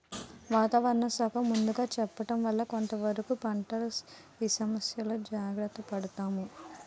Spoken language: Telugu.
వాతావరణ శాఖ ముందుగా చెప్పడం వల్ల కొంతవరకు పంటల ఇసయంలో జాగర్త పడతాము